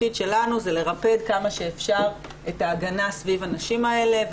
התפקיד שלנו הוא לרפד כמה שאפשר את ההגנה סביב הנשים האלה.